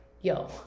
Yo